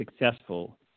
successful